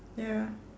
ya